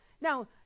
Now